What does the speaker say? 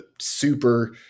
super